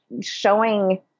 showing